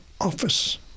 office